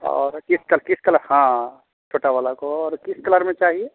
और किस कर किस कलर हाँ छोटा वाले को और किस कलर में चाहिए